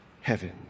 heaven